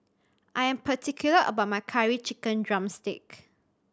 I am particular about my Curry Chicken drumstick